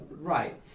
Right